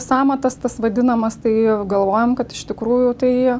sąmatas tas vadinamas tai galvojam kad iš tikrųjų tai